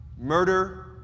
murder